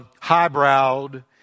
highbrowed